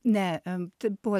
ne em tai buvo